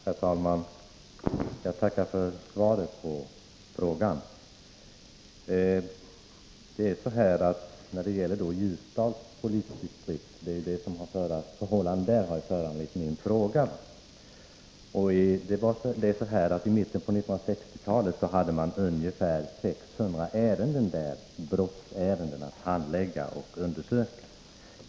Herr talman! Jag tackar för svaret på frågan. Det är förhållandena i Ljusdals polisdistrikt som föranlett min fråga. I mitten av 1960-talet hade man där ungefär 600 brottsärenden att handlägga per år.